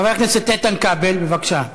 חבר הכנסת איתן כבל, בבקשה.